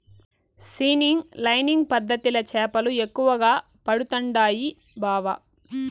seining lining పద్ధతిల చేపలు ఎక్కువగా పడుతండాయి బావ